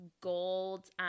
gold